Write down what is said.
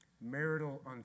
Marital